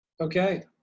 okay